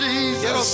Jesus